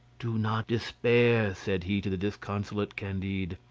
do not despair, said he to the disconsolate candide,